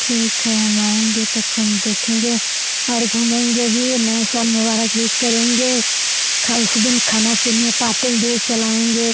ठीक है हम आएंगे तो खून देखेंगे और घूमेंगे भी नया साल मुबारक भी करेंगे उस दिन खाना पीना पार्टी भी चलाएंगे